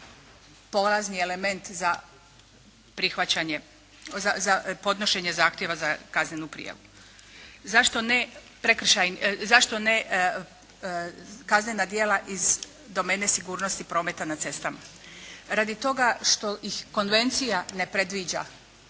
polazni element za prihvaćanje, za podnošenje zahtjeva za kaznenu prijavu. Zašto ne kaznena djela iz domene sigurnosti prometa na cestama? Radi toga što ih konvencija ne predviđa